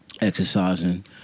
exercising